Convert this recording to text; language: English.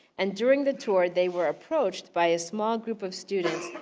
and during the tour, they were approached by a small group of students,